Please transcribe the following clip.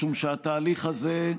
משום שהתהליך הזה,